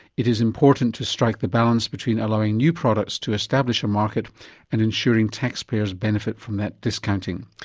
it is important to strike the balance between allowing new products to establish a market and ensuring taxpayers benefit from that discounting.